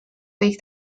võiks